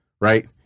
right